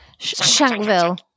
shankville